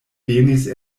venis